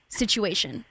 situation